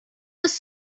was